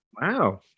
Wow